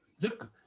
look